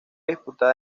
disputada